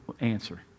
answer